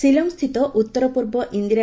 ଶିଲଂସ୍ଥିତ ଉତ୍ତର ପୂର୍ବ ଇନ୍ଦିର